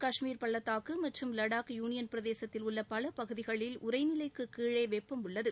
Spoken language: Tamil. காஷ்மீர் பள்ளத்தாக்கு மற்றும் லாடாக் யூனியன் பிரதேசத்தில் உள்ள பல பகுதிகளில் உறைநிலைக்கு கீழே வெப்பம் உள்ளது